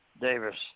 Davis